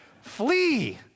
Flee